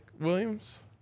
Williams